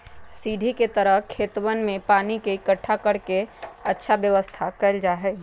सीढ़ी के तरह खेतवन में पानी के इकट्ठा कर के अच्छा व्यवस्था कइल जाहई